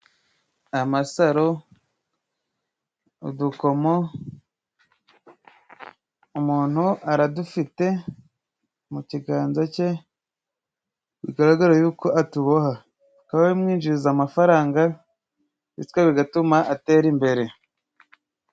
Amasaro udukomo umuntu aradufite mu kiganza cye ,bigaraga yuko atuboha ,bikaba bimwinjiza amafaranga bityo bigatuma atera imbere.